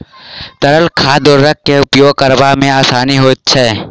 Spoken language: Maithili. तरल खाद उर्वरक के उपयोग करबा मे आसानी होइत छै